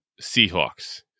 Seahawks